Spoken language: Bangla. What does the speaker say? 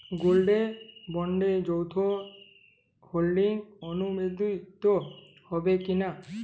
গোল্ড বন্ডে যৌথ হোল্ডিং অনুমোদিত হবে কিনা?